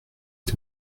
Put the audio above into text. est